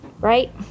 Right